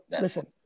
listen